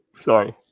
sorry